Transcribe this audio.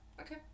Okay